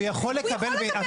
הוא יכול לקבל מידע,